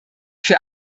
für